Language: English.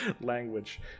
language